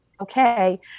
okay